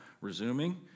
resuming